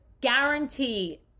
guarantee